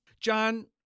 John